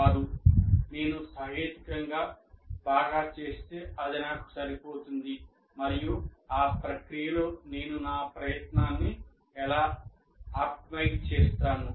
వారు 'నేను సహేతుకంగా బాగా చేస్తే అది నాకు సరిపోతుంది మరియు ఆ ప్రక్రియలో నేను నా ప్రయత్నాన్ని ఎలా ఆప్టిమైజ్ చేస్తాను